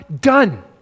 done